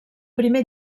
primer